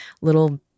little